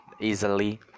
easily